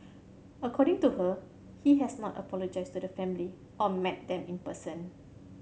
according to her he has not apologised to the family or met them in person